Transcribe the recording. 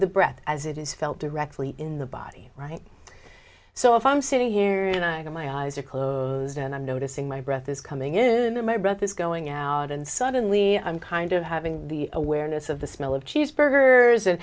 the breath as it is felt directly in the body right so if i'm sitting here and i know my eyes are closed and i'm noticing my breath is coming in my breath is going out and suddenly i'm kind of having the awareness of the smell of cheeseburgers and